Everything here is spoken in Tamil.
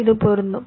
இது பொருந்தும்